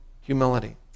humility